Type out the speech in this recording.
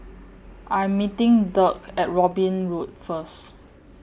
I'm meeting Dirk At Robin Road First